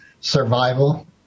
survival